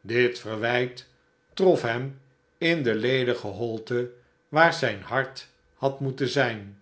dit verwijt trof hem in de ledige holte waar zijn hart had moeten zijn